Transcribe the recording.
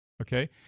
okay